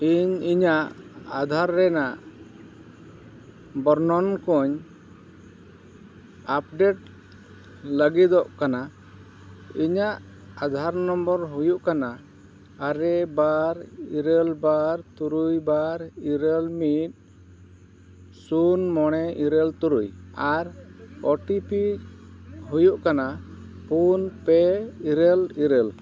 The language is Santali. ᱤᱧ ᱤᱧᱟᱹᱜ ᱟᱫᱷᱟᱨ ᱨᱮᱱᱟᱜ ᱵᱚᱨᱱᱚᱱ ᱠᱚᱧ ᱟᱯᱰᱮᱴ ᱞᱟᱹᱜᱤᱫᱚᱜ ᱠᱟᱱᱟ ᱤᱧᱟᱹᱜ ᱟᱫᱷᱟᱨ ᱱᱟᱢᱵᱟᱨ ᱦᱩᱭᱩᱜ ᱠᱟᱱᱟ ᱟᱨᱮ ᱵᱟᱨ ᱤᱨᱟᱹᱞ ᱵᱟᱨ ᱛᱩᱨᱩᱭ ᱵᱟᱨ ᱤᱨᱟᱹᱞ ᱢᱤᱫ ᱥᱩᱱ ᱢᱚᱬᱮ ᱤᱨᱟᱹᱞ ᱛᱩᱨᱩᱭ ᱟᱨ ᱳ ᱴᱤ ᱯᱤ ᱦᱩᱭᱩᱜ ᱠᱟᱱᱟ ᱯᱩᱱ ᱯᱮ ᱤᱨᱟᱹᱞ ᱤᱨᱟᱹᱞ